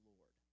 Lord